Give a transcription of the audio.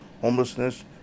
homelessness